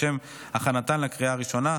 לשם הכנתן לקריאה הראשונה.